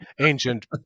ancient